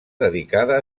dedicada